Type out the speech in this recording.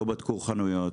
לא בדקו חנויות,